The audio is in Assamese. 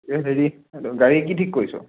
এই হেৰি গাড়ী কি ঠিক কৰিছ